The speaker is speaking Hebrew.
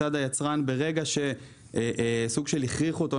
מצד היצרן ברגע שכאילו הכריחו אותו,